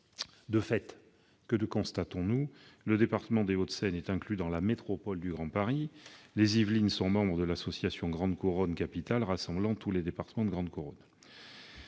les dépenses de fonctionnement. Le département des Hauts-de-Seine est inclus dans la métropole du Grand Paris. Celui des Yvelines est membre de l'association Grande Couronne capitale, rassemblant tous les départements de la grande couronne.